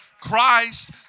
Christ